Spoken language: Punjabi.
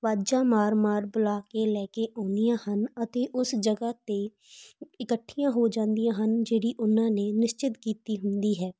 ਆਵਾਜ਼ਾਂ ਮਾਰ ਮਾਰ ਬੁਲਾ ਕੇ ਲੈ ਕੇ ਆਉਂਦੀਆਂ ਹਨ ਅਤੇ ਉਸ ਜਗ੍ਹਾ 'ਤੇ ਇਕੱਠੀਆਂ ਹੋ ਜਾਂਦੀਆਂ ਹਨ ਜਿਹੜੀ ਉਹਨਾਂ ਨੇ ਨਿਸ਼ਚਿਤ ਕੀਤੀ ਹੁੰਦੀ ਹੈ